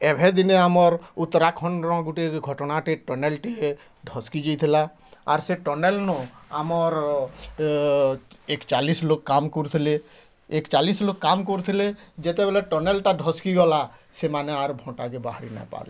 ଏଭେ ଦିନେ ଆମର୍ ଉତ୍ତରାଖଣ୍ଡର ଗୋଟେ ଘଟଣାଟେ ଟନେଲ୍ଟି ଢ଼ସ୍କୀ ଯିଥିଲା ଆର୍ ସେ ଟନେଲ୍ନୁ ଆମର୍ ଏକ୍ଚାଲିଶ୍ ଲୋକ୍ କାମ୍ କରୁଥିଲେ ଏକ୍ଚାଲିଶ୍ ଲୋକ୍ କାମ୍ କରୁଥିଲେ ଯେତେବେଲେ ଟନେଲ୍ଟା ଢ଼ସ୍କୀ ଗଲା ସେମାନେ ଆର୍ ହଟାକେ ବାହାରିନାଇଁ ପାର୍ଲେ